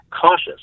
cautious